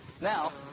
Now